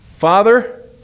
father